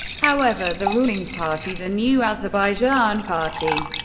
however, the ruling party, the new azerbaijan party,